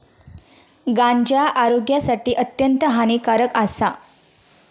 गांजा आरोग्यासाठी अत्यंत हानिकारक आसा